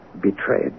betrayed